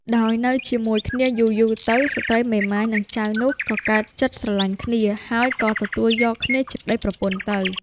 ដោយនៅជាមួយគ្នាយូរៗទៅ ស្ត្រីមេម៉ាយនិងចៅនោះ ក៏កើតចិត្តស្រឡាញ់គ្នា ហើយក៏ទទួលយកគ្នាជាប្តីប្រពន្ធទៅ។